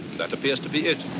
that appears to be it.